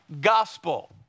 gospel